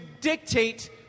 dictate